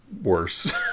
worse